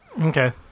okay